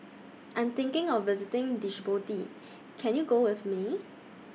I Am thinking of visiting Djibouti Can YOU Go with Me